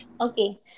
Okay